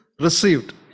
received